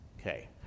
Okay